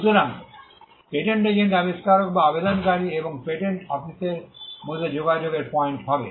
সুতরাং patent agent আবিষ্কারক বা আবেদনকারী এবং পেটেন্ট অফিসের মধ্যে যোগাযোগের পয়েন্ট হবে